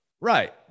Right